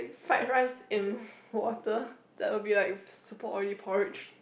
fried rice in water that will be like super oily porridge